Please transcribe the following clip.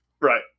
Right